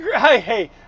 hey